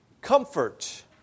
Comfort